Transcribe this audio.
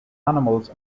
animals